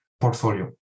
portfolio